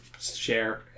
share